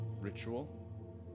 ritual